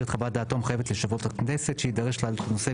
את חוות דעתו המחייבת ליושב ראש הכנסת שיידרש להעלות את הנושא